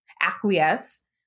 acquiesce